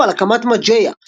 הודיעו על הקמת Mageia,